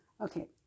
Okay